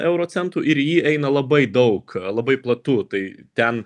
euro centų ir į jį eina labai daug labai platu tai ten